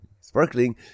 sparkling